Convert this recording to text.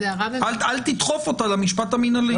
אל תדחוף אותו למשפט המנהלי.